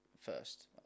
first